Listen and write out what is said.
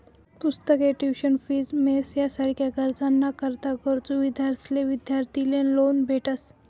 पुस्तके, tuition fee, mess यासारखा खर्च ना करता गरजू विद्यार्थ्यांसले विद्यार्थी लोन भेटस